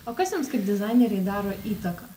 o kas jums kaip dizainerei daro įtaką